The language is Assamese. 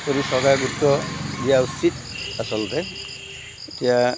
সকলো চৰকাৰে গুৰুত্ব দিয়া উচিত আচলতে এতিয়া